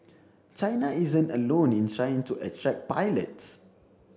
China isn't alone in trying to attract pilots